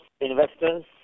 investors